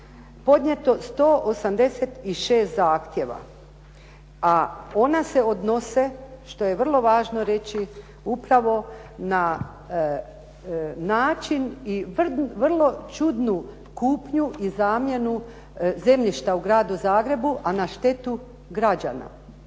podnijeto 186 zahtjeva, a ona se odnose što je vrlo važno reći upravo na način i vrlo čudnu kupnju i zamjenu zemljišta u gradu Zagrebu, a na štetu građana.